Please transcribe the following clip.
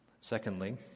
Secondly